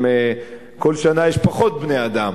כל שנה יש פחות בני-אדם.